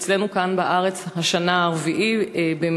ואצלנו כאן בארץ השנה 4 במרס,